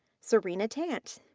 sarina trant.